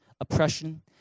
oppression